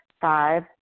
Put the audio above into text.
Five